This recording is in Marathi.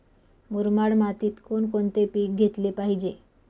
मुरमाड मातीत कोणकोणते पीक घेतले पाहिजे?